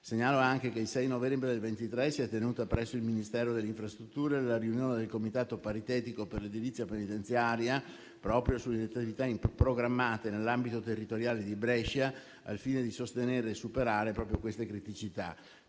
Segnalo anche che il 6 novembre 2023 si è tenuta presso il Ministero delle infrastrutture la riunione del Comitato paritetico per l'edilizia penitenziaria, proprio sulle attività programmate nell'ambito territoriale di Brescia, al fine di sostenere e superare proprio queste criticità.